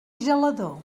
gelador